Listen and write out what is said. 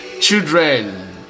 children